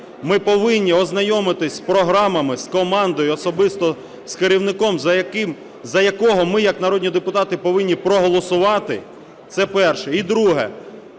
ми повинні ознайомитись з програмами, з командою, особисто з керівником, за якого ми як народні депутати повинні проголосувати. Це перше. І друге.